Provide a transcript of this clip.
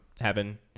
Heaven